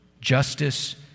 justice